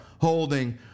holding